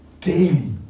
daily